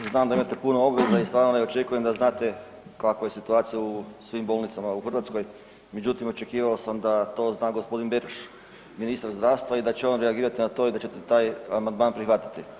Znam da imate puno obveza i stvarno ne očekujem da znate kakva je situacija u svim bolnicama u Hrvatskoj, međutim očekivao sam da to zna gospodin Beroš ministar zdravstva i da će on reagirati na to i da ćete taj amandman prihvatiti.